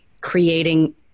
creating